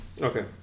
Okay